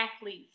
athletes